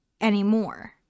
anymore